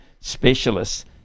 specialists